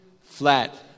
flat